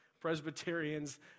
Presbyterians